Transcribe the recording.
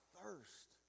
Thirst